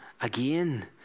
again